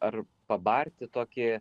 ar pabarti tokį